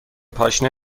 پاشنه